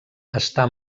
està